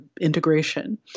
integration